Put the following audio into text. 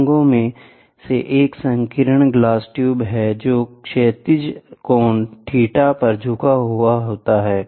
अंगों में से एक संकीर्ण ग्लास ट्यूब है जो क्षैतिज कोण θ पर झुका हुआ है